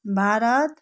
Bharat